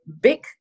big